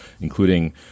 including